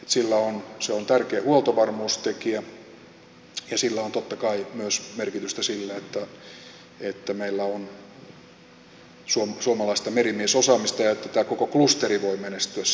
se on tärkeä huoltovarmuustekijä ja sillä on totta kai myös merkitystä sille että meillä on suomalaista merimiesosaamista ja että tämä koko klusteri voi menestyä